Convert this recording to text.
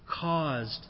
caused